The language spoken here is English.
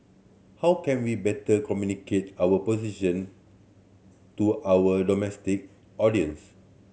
how can we better communicate our position to our domestic audience